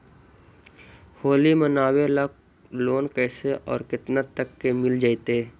होली मनाबे ल लोन कैसे औ केतना तक के मिल जैतै?